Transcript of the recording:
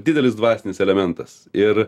didelis dvasinis elementas ir